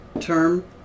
term